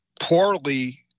poorly